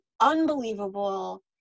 unbelievable